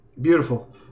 Beautiful